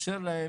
לאפשר להם,